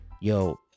yo